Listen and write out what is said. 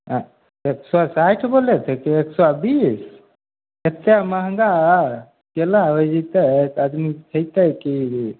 हँ एक सए साठि बोलै थे कि एक सए बीस एतेक महङ्गा केला होइ जेतै तऽ आदमी खयतै की